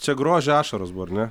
čia grožio ašaros buvo ar ne